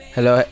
Hello